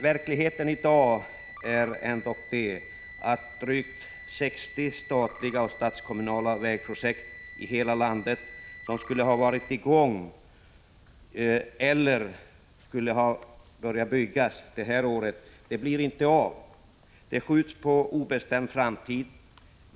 Verkligheten är i dag sådan att drygt 60 statliga och statskommunala vägprojekt i hela landet som skulle ha varit i gång eller ha börjat byggas detta år inte blir av. De skjuts upp på obestämd tid.